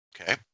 Okay